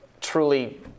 truly